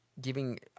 giving